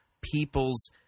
people's